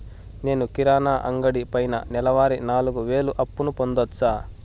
నేను కిరాణా అంగడి పైన నెలవారి నాలుగు వేలు అప్పును పొందొచ్చా?